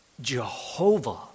Jehovah